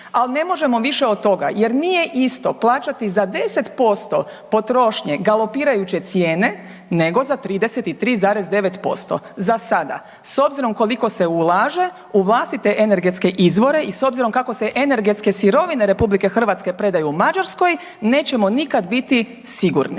ali ne možemo više od toga jer nije isto plaćati za 10% potrošnje galopirajuće cijene nego za 33,9% za sada. S obzirom koliko se ulaže u vlastite energetske izvore i s obzirom kako se energetske sirovine RH predaju Mađarskoj nećemo nikad biti sigurni.